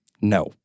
No